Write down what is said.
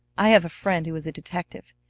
i have a friend who is a detective.